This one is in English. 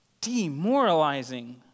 Demoralizing